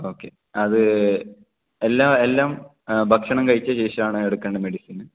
okay അത് എല്ലാ എല്ലാം ഭക്ഷണം കഴിച്ചതിന് ശേഷമാണ് എടുക്കേണ്ടത് മെഡിസിൻ